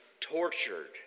tortured